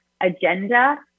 agenda